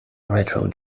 retro